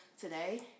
today